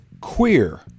queer